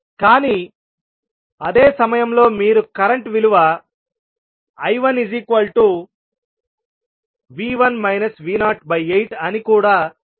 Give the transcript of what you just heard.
కానీ అదే సమయంలో మీరు కరెంట్ విలువ I18 అని కూడా చెప్పవచ్చు